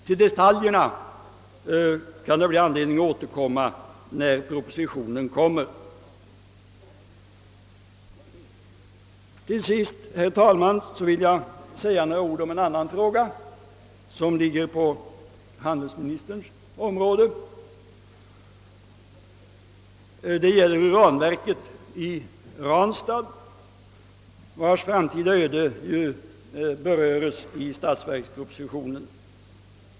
Till detaljerna kan det bii anledning att återkomma när propositionen framlägges. Till sist, herr talman, vill jag säga några ord i en annan fråga, som ligger inom handelsministerns område. Det gäller uranverket i Ranstad, vars framtida öde beröres i statsverkspropositionen.